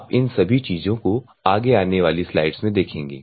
आप इन सभी चीजों को आने वाली स्लाइड में देखेंगे